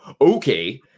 Okay